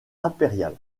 impériale